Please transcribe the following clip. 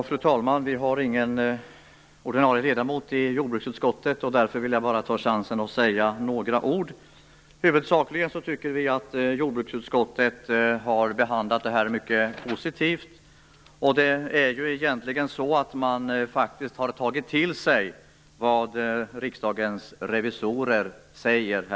Fru talman! Vi har ingen ordinarie ledamot i jordbruksutskottet, så därför vill jag ta chansen att säga några ord. Huvudsakligen tycker vi att jordbruksutskottet har behandlat det här mycket positivt. Man har huvudsakligen tagit till sig vad Riksdagens revisorer säger.